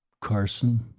Carson